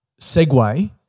segue